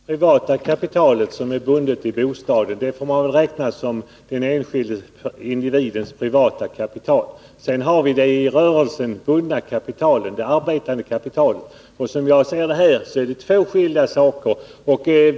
Herr talman! Som jag ser det måste man betrakta det kapital som är bundet till bostaden som den enskilde individens privata kapital, medan det arbetande kapitalet är bundet i rörelsen. Detta är två skilda saker.